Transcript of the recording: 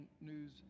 news